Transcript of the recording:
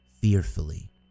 fearfully